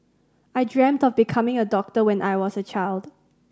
I dreamt of becoming a doctor when I was a child